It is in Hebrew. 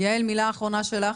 יעל אנגל ליצ'י מילה אחרונה שלך.